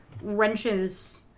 wrenches